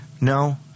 no